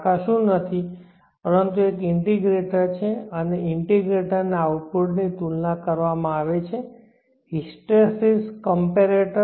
આ કશું નથી પરંતુ એક ઇન્ટિગ્રેટર છે અને ઇન્ટિગ્રેટરના આઉટપુટની તુલના કરવામાં આવે છે હિસ્ટ્રેસીસ કમ્પેરેટર